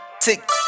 Tick